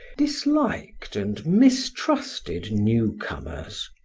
disliked and mistrusted newcomers.